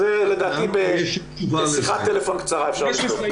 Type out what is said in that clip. לדעתי בשיחת טלפון קצרה אפשר לבדוק את זה.